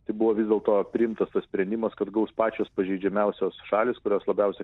tai buvo vis dėlto priimtas tas sprendimas kad gaus pačios pažeidžiamiausios šalys kurios labiausia